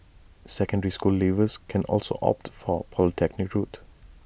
secondary school leavers can also opt for the polytechnic route